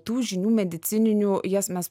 tų žinių medicininių jas mes